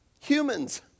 Humans